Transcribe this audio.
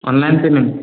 online payment